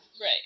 Right